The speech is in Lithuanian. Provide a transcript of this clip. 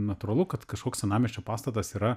natūralu kad kažkoks senamiesčio pastatas yra